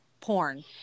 porn